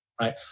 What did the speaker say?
Right